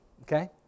okay